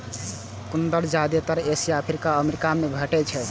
कंद जादेतर Asia, Africa आ अमेरिका मे भेटैत छैक